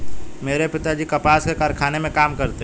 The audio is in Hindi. मेरे पिताजी कपास के कारखाने में काम करते हैं